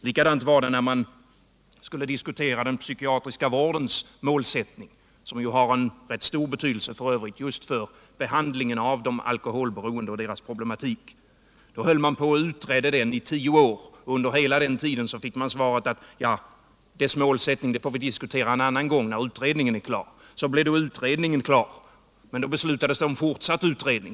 Likadant var det när man skulle diskutera den psykiatriska vårdens målsättning, som f. ö. har rätt stor betydelse just för behandlingen av de alkoholberoende och deras problematik. Då höll man på och utredde vården i tio år. Under hela den tiden fick man svaret att vårdens målsättning får vi diskutera en annan gång, när utredningen är klar. Så blev utredningen klar, men då beslutades det om cen fortsatt utredning.